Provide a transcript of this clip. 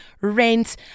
rent